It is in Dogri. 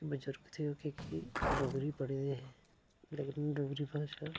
बजुरग थे कि के ओह् डोगरी पढे़ दे हे लेकिन उ'नें डोगरी भाशा